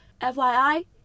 FYI